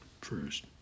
First